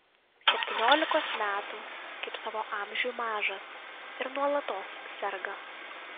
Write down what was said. septyniolikos metų kaip savo amžiui mažas ir nuolatos serga